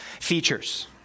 features